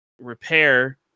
repair